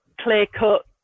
clear-cut